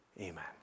Amen